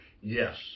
Yes